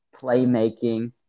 playmaking